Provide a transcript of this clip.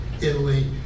Italy